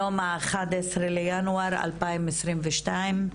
היום ה-11 לינואר 2022,